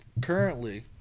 currently